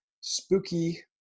spooky